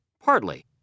Partly